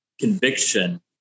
conviction